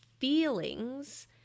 feelings